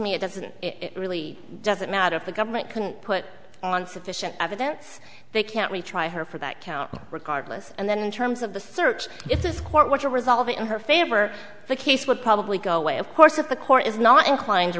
me it doesn't really doesn't matter if the government can put on sufficient evidence they can't we try her for that count regardless and then in terms of the thirds if this court were to resolve it in her favor the case would probably go away of course if the court is not inclined to